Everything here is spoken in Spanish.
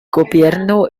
gobierno